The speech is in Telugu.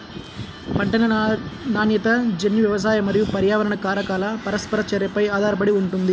పంటల నాణ్యత జన్యు, వ్యవసాయ మరియు పర్యావరణ కారకాల పరస్పర చర్యపై ఆధారపడి ఉంటుంది